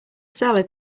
salad